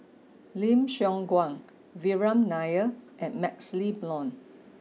Lim Siong Guan Vikram Nair and Maxle Blond